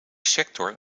sector